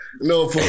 No